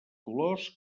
colors